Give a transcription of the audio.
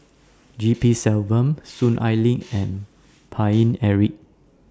G P Selvam Soon Ai Ling and Paine Eric